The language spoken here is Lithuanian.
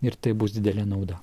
ir tai bus didelė nauda